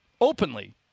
openly